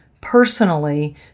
personally